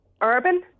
Urban